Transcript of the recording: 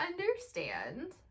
understand